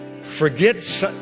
Forget